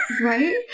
Right